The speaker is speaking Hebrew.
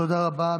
תודה רבה.